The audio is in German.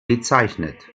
bezeichnet